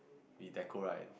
we decor right